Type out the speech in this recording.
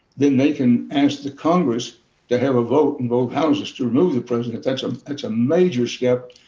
then they can ask the congress to have a vote in both houses to remove the president. that's um that's a major step.